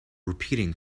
repeating